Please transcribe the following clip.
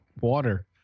Water